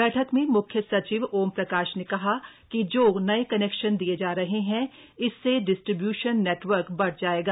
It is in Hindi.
बैठक में म्ख्य सचिव ओमप्रकाश ने कहा कि जो नये कनेक्शन दिये जा रहे हैं इससे डिस्ट्रीब्यूशन नेटवर्क बढ़ जायेगा